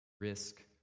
risk